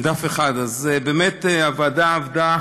בדף אחד, באמת הוועדה עבדה